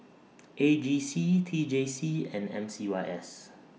A G C T J C and M C Y S